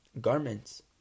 garments